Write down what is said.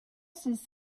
six